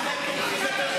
באיזו זכות הוא, לא מתאימות.